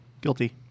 Guilty